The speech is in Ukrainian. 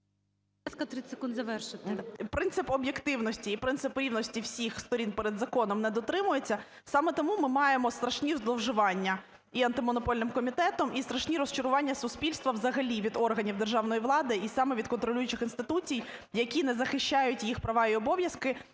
Принцип об'єктивності і принцип рівності всіх сторін перед законом не дотримується, саме тому ми маємо страшні зловживання і Антимонопольним комітетом, і страшні розчарування суспільства взагалі від органів державної влади, і саме від контролюючих інституцій, які не захищають їх права і обов'язки,